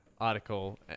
Article